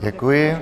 Děkuji.